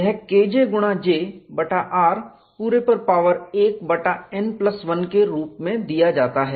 यह kj गुणा J बटा r पूरे पर पावर 1 बटा n प्लस1 के रूप में दिया जाता है